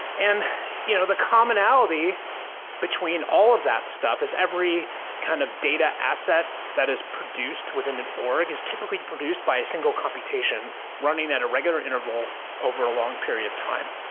and you know the commonality between all of that stuff is every kind of data asset that is produced within an org is typically produced by a single computation running at a regular interval over a long period of time.